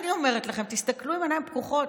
אני אומרת לכם, תסתכלו עם עיניים פקוחות.